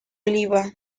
oliva